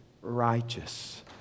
righteous